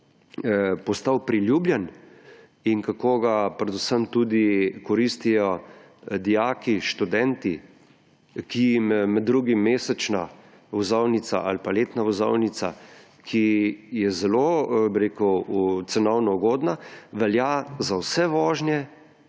postal priljubljen in kako ga predvsem tudi koristijo dijaki, študenti, ki jim med drugim mesečna vozovnica ali pa letna vozovnica, ki je zelo cenovno ugodna: velja za vse vožnje